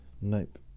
Nope